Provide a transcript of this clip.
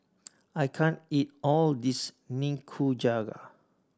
I can't eat all of this Nikujaga